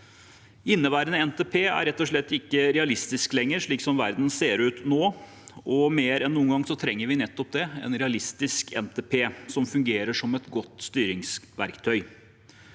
Inneværende NTP er rett og slett ikke realistisk lenger slik verden ser ut nå, og mer enn noen gang trenger vi nettopp en realistisk NTP som fungerer som et godt styringsverktøy.